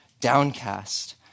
downcast